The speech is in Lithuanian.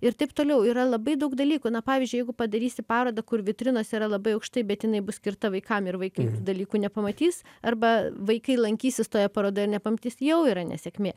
ir taip toliau yra labai daug dalykų na pavyzdžiui jeigu padarysi parodą kur vitrinos yra labai aukštai bet jinai bus skirta vaikam ir vaikai tų dalykų nepamatys arba vaikai lankysis toje parodoje ir nepamatys jau yra nesėkmė